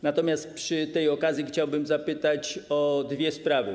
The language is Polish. Natomiast przy tej okazji chciałbym zapytać o dwie sprawy.